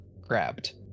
grabbed